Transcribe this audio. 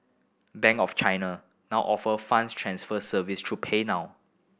Bank of China now offer funds transfer service through PayNow